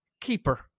keeper